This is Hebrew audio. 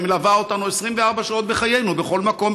שמלווה אותנו 24 שעות בחיינו בכל מקום,